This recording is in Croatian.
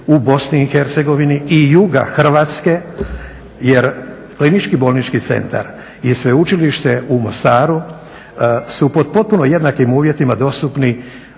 u Bosni i Hercegovini i juga Hrvatske jer Klinički bolnički centar i Sveučilište u Mostaru su pod potpuno jednakim uvjetima dostupni